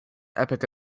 epoch